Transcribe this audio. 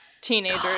Teenagers